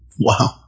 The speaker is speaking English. Wow